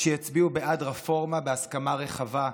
שיצביעו בעד רפורמה בהסכמה רחבה,